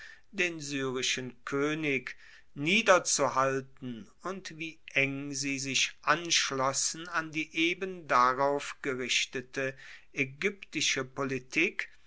den syrischen koenig niederzuhalten und wie eng sie sich anschlossen an die eben darauf gerichtete aegyptische politik